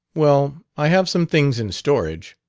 well, i have some things in storage.